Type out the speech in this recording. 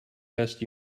best